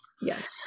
yes